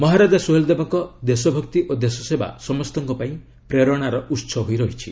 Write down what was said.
ମହାରାଜା ସୋହେଲ ଦେବଙ୍କ ଦେଶଭକ୍ତି ଓ ଦେଶସେବା ସମସ୍ତଙ୍କ ପାଇଁ ପ୍ରେରଣାର ଉତ୍ସ ହୋଇ ରହିଛି